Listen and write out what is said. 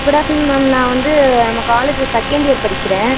good afternoon ma'am நான் வந்து நம்ம காலேஜில் செகண்ட் இயர் படிக்கிறேன்